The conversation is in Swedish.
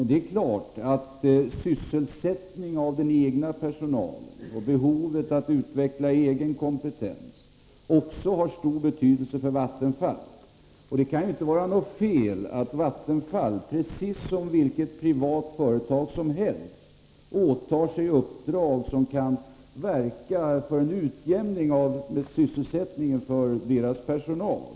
Det är klart att sysselsättning av den egna personalen och behovet av att utveckla egen kompetens har stor betydelse också för Vattenfall. Det kan ju inte vara något fel att Vattenfall, precis som vilket privat företag som helst, åtar sig uppdrag som kan bidra till en utjämning av sysselsättningen för företagets personal.